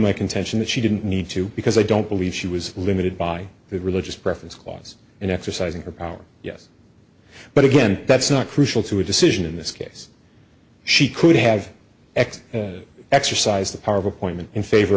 my contention that she didn't need to because i don't believe she was limited by the religious preference clause in exercising her power yes but again that's not crucial to a decision in this case she could have x exercise the power of appointment in favor